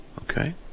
Okay